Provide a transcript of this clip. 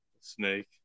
Snake